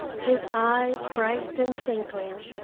his eyes bright and twinkling.